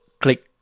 click